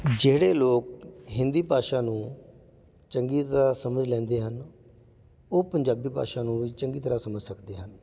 ਜਿਹੜੇ ਲੋਕ ਹਿੰਦੀ ਭਾਸ਼ਾ ਨੂੰ ਚੰਗੀ ਤਰ੍ਹਾਂ ਸਮਝ ਲੈਂਦੇ ਹਨ ਉਹ ਪੰਜਾਬੀ ਭਾਸ਼ਾ ਨੂੰ ਵੀ ਚੰਗੀ ਤਰ੍ਹਾਂ ਸਮਝ ਸਕਦੇ ਹਨ